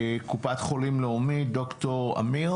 קופת חולים לאומית, ד"ר אמיר